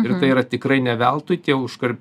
ir tai yra tikrai ne veltui tie užkar